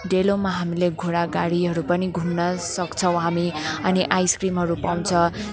डेलोमा हामीले घोडा गाडीहरू पनि घुम्न सक्छौँ हामी अनि आइसक्रिमहरू पाउँछ